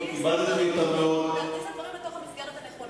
קיבלת ממני "טוב מאוד" תכניס את הדברים לתוך המסגרת הנכונה.